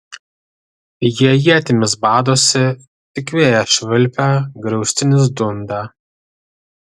jie ietimis badosi tik vėjas švilpia griaustinis dunda